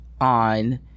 on